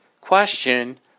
question